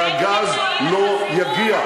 והגז לא יגיע.